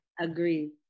agreed